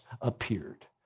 appeared